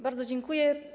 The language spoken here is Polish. Bardzo dziękuję.